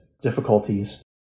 difficulties